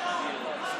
אתה הולך להסתה?